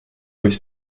with